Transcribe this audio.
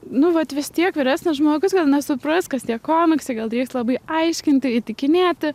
nu vat vis tiek vyresnis žmogus gal nesupras kas tie komiksai gal reiks labai aiškinti įtikinėti